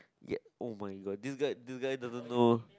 ya oh my god this guy this guy doesn't know